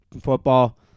football